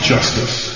Justice